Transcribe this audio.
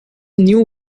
new